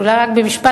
אולי רק במשפט,